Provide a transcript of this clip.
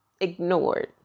ignored